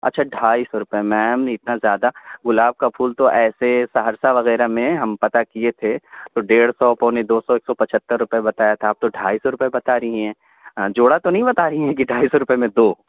اچھا ڈھائی سو روپے میم نہیں اتنا زیادہ گلاب کا پھول تو ایسے سہرسہ وغیرہ میں ہم پتہ کیے تھے تو ڈیڑھ سو پونے دو سو ایک سو پچہتر روپے بتایا تھا آپ تو ڈھائی سو روپے بتا رہی ہیں جوڑا تو نہیں بتا رہی ہیں کہ ڈھائی سو روپے میں دو